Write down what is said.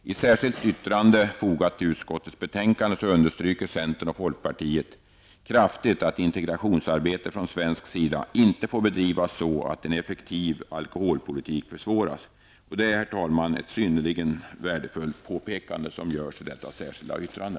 I ett särskilt yttrande fogat till utskottets betänkande understryker centern och folkpartiet kraftigt att integrationsarbetet från svensk sida inte får bedrivas så att en effektiv alkoholpolitik försvåras. Det är, herr talman, ett synnerligen värdefullt påpekande som görs i detta särskilda yttrande.